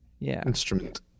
instrument